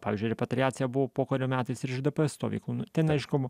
pavyzdžiui repatriacija buvo pokario metais ir iš dp stovyklų nu ten aišku